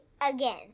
again